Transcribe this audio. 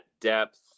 depth